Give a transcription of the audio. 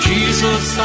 Jesus